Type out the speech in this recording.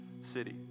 city